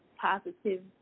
positive